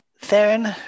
Theron